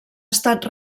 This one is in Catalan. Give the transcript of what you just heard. estat